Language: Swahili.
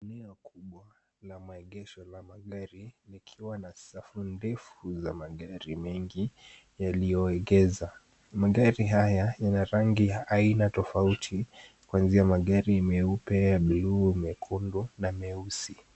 Eneo kubwa la maegesho ya magari likiwa na safu ndefu za magari mengi yaliyoegesha. Magari haya yana rangi ya aina tofauti kuanzia magari meupe, majivu, mekundu na meusi.